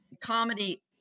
comedy